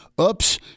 Oops